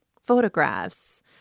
photographs